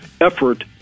effort